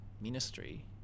ministry